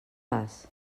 bas